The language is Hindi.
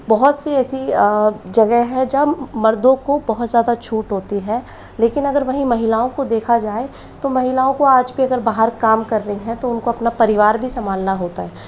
बहुत सी ऐसी जगह हैं जब मर्दों को बहुत ज़्यादा छूट होती है लेकिन अगर वहीँ महिलाओं को देखा जाए तो महिलाओं को आज भी अगर बाहर काम कर रही हैं तो उनको अपना परिवार भी सम्भालना होता है